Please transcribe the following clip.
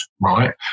right